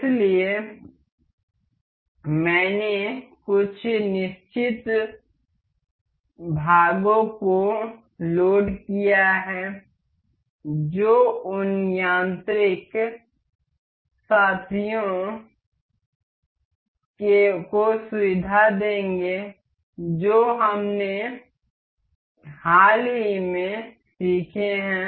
इसलिए मैंने कुछ निश्चित भागों को लोड किया है जो उन यांत्रिक साथियों को सुविधा देंगे जो हमने हाल ही में सीखे हैं